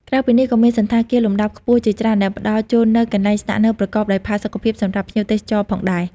ក្រៅពីនេះ ក៏មានសណ្ឋាគារលំដាប់ខ្ពស់ជាច្រើន ដែលផ្តល់ជូននូវកន្លែងស្នាក់នៅប្រកបដោយផាសុកភាពសម្រាប់ភ្ញៀវទេសចរផងដែរ។